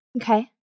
okay